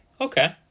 Okay